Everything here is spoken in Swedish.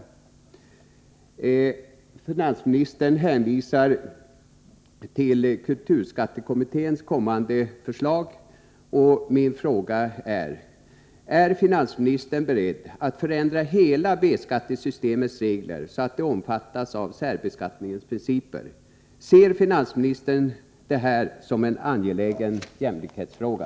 Men finansministern hänvisar till kulturskattekommitténs kommande förslag, och jag vill fråga: Är finansministern beredd att förändra hela B-skattesystemets regler så att det omfattas av särbeskattningens principer? Ser finansministern detta som en angelägen jämlikhetsfråga?